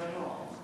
הוא צריך לנוח.